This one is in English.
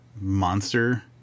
monster